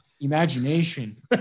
Imagination